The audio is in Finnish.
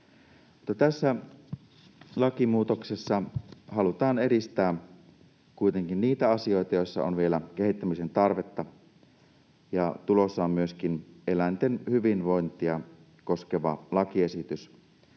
Tässä lakimuutoksessa halutaan edistää kuitenkin niitä asioita, joissa on vielä kehittämisen tarvetta. Tulossa on myöskin eläinten hyvinvointia koskeva lakiesitys,